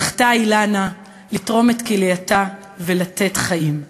זכתה אילנה לתרום את כלייתה ולתת חיים.